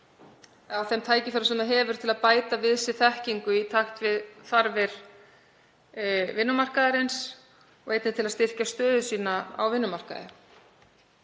á vinnumarkaðinn til að bæta við sig þekkingu í takt við þarfir vinnumarkaðarins og einnig til að styrkja stöðu sína á vinnumarkaði.